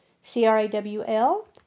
C-R-A-W-L